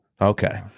Okay